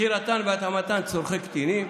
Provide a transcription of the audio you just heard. בחירתן והתאמתן לצורכי קטינים.